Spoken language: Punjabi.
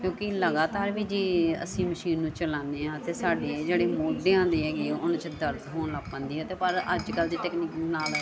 ਕਿਉਂਕਿ ਲਗਾਤਾਰ ਵੀ ਜੇ ਅਸੀਂ ਮਸ਼ੀਨ ਨੂੰ ਚਲਾਉਂਦੇ ਹਾਂ ਤਾਂ ਸਾਡੇ ਜਿਹੜੀ ਮੋਢਿਆਂ ਦੇ ਹੈਗੀ ਉਹਨਾਂ 'ਚ ਦਰਦ ਹੋਣ ਲੱਗ ਪੈਂਦੀ ਆ ਅਤੇ ਪਰ ਅੱਜ ਕੱਲ੍ਹ ਦੀ ਟੈਕਨੀਕ ਨਾਲ